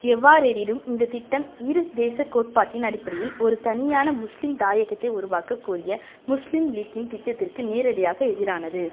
எவ்வாறெனினும் இந்தத் திட்டம் இரு தேசக் கோட்பாட்டின் அடிப்படையில் ஒரு தனியான முஸ்லீம் தாயகத்தை உருவாக்கக் கூறிய முஸ்லீம் லீக்கின் திட்டத்திற்கு நேரடியாக எதிரானது